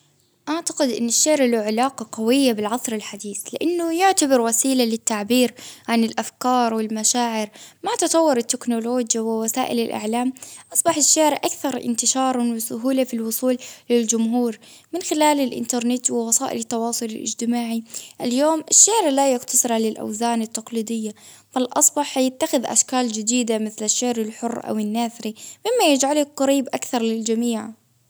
أعتقد إن الشعر له علاقة قوية بالعصر الحديث، لإنه يعتبر وسيلة للتعبير عن الأفكار والمشاعر، مع تطور التكنولوجيا ووسائل الإعلام أصبح الشعر أكثر إنتشارا وسهولة في الوصول للجمهور، من خلال الإنترنت ووسائل التواصل الإجتماعي، اليوم الشعر لا يقتصر علي الأوزان التقليدية، فالأصبح هيتخذ أفكار جديدة مثل الشعر الحر أو النافري، مما يجعلك قريب أكثر للجميع.